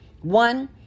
One